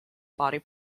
body